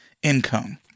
Income